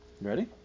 Ready